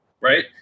right